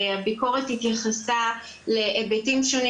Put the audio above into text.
הביקורת התייחסה להיבטים שונים